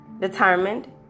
Determined